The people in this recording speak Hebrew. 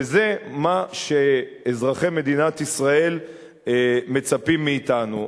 וזה מה שאזרחי מדינת ישראל מצפים מאתנו.